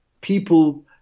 people